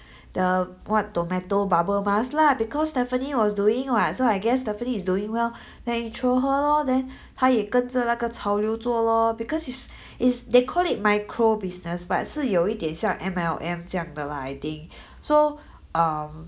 the what tomato bubble mask lah because stephanie was doing what so I guess stephanie is doing well then intro her lor then 她也跟着那个潮流做咯 because it's if they call it micro business but 是有一点像 M_L_M 这样的啦 I think so um